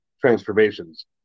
transformations